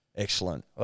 Excellent